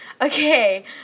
okay